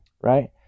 right